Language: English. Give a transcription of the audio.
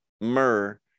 myrrh